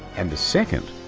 and a second,